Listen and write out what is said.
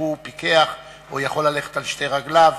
פיקח או שיכול ללכת על שתי רגליו,